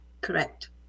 correct